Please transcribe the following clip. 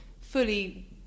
fully